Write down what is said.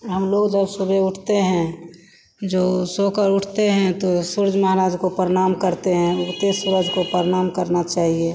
हमलोग जब सुबह उठते हैं जो सोकर उठते हैं तो सूर्य महाराज को परनाम करते हैं उगते सूरज को परनाम करना चाहिए